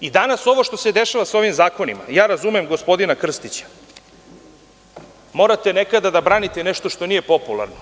Danas ovo što se dešava sa ovim zakonima, razumem gospodina Krstića, morate nekada da branite i nešto što nije popularno.